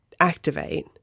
activate